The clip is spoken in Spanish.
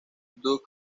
doug